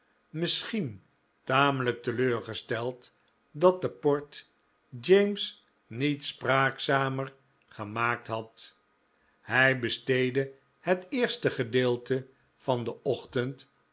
misschien tamelijk teleurgesteld dat de port james niet spraakzamer gemaakt had hij besteedde het eerste gedeelte van den ochtend